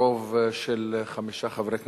ברוב של חמישה חברי כנסת,